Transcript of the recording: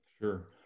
Sure